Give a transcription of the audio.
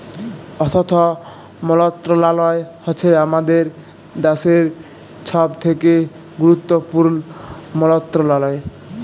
অথ্থ মলত্রলালয় হছে আমাদের দ্যাশের ছব থ্যাকে গুরুত্তপুর্ল মলত্রলালয়